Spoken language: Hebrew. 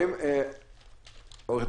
קודם כול לגבי חלופות חברי עמית עמיר